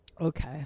Okay